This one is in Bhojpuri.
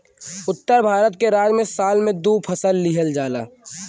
उत्तर भारत के राज्य में साल में दू फसल लिहल जाला